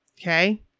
Okay